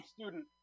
student